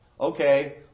Okay